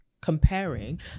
comparing